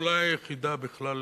אולי היחידה בכלל